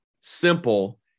simple